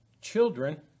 children